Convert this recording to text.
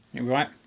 right